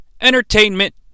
entertainment